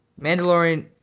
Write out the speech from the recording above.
Mandalorian